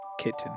kitten